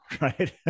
right